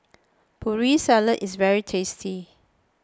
Putri Salad is very tasty